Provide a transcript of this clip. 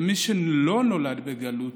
מי שלא נולד בגלות,